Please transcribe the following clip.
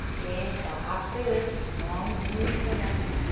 inhale. halfway lift. long, beautiful neck.